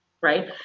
right